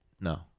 No